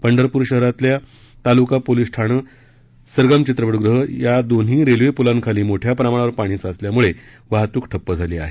पंढरपूर शहरातील तालुका पोलिस ठाणे सरगम चित्रपटगृह या दोन्ही रेल्वे प्लांखाली मोठ्या प्रमाणावर पाणी साचल्यामुळे वाहतूक ठप्प झाली आहे